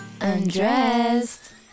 Undressed